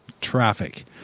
traffic